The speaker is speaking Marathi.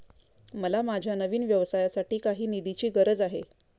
मला माझ्या नवीन व्यवसायासाठी काही निधीची गरज आहे